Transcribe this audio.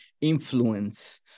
influence